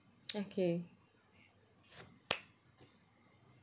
okay